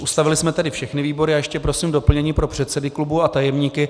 Ustavili jsme tedy všechny výbory a ještě prosím doplnění pro předsedy klubů a tajemníky.